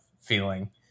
feeling